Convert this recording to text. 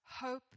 hope